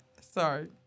Sorry